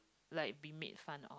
like be made fun of